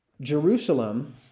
Jerusalem